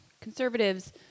conservatives